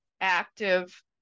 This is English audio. active